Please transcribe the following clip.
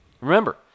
Remember